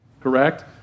Correct